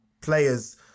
Players